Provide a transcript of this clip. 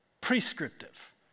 prescriptive